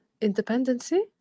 independency